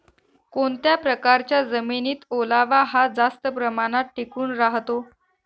कोणत्या प्रकारच्या जमिनीत ओलावा हा जास्त प्रमाणात टिकून राहतो?